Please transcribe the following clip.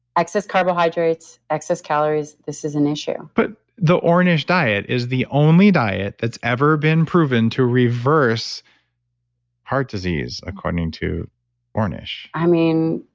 excess carbohydrates, excess calories. this is an issue but the ornish diet is the only diet that's ever been proven to reverse heart disease, according to ornish i mean,